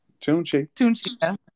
Tunchi